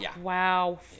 Wow